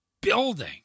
building